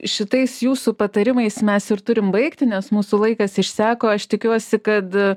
šitais jūsų patarimais mes turim baigti nes mūsų laikas išseko aš tikiuosi kad